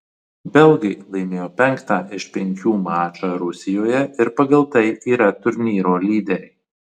belgai laimėjo penktą iš penkių mačą rusijoje ir pagal tai yra turnyro lyderiai